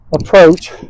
approach